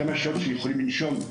כמה שעות שהם יכולים לנשום,